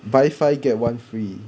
buy five get one free